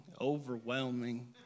overwhelming